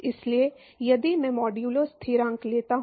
इसलिए यदि मैं मॉड्यूलो स्थिरांक लेता हूं